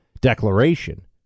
declaration